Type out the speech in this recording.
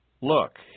Look